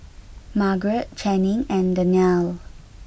Margarette Channing and Danniel